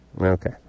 Okay